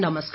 नमस्कार